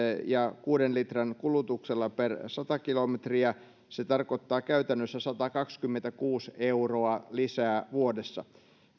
ja kuuden litran kulutuksella per sata kilokilometriä se tarkoittaa käytännössä satakaksikymmentäkuusi euroa lisää vuodessa